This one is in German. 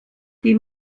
die